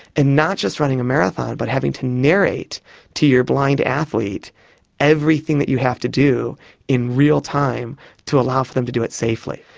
and not just running a marathon but having to narrate to your blind athlete everything that you have to do in real time to allow for them to do it safely.